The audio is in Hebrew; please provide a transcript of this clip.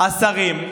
השרים,